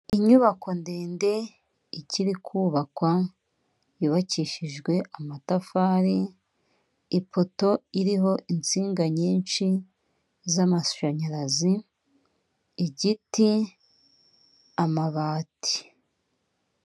Inyubako ndende ikiri kubakwa yubakishijwe amatafari ipoto iriho insinga nyinshi z'amashanyarazi igiti amabati.